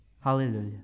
Hallelujah